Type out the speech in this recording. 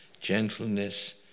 gentleness